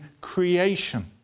creation